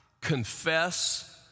confess